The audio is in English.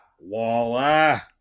voila